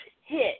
hit